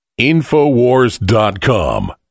InfoWars.com